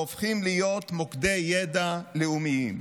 הם הופכים להיות מוקדי ידע לאומיים.